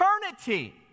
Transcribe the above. eternity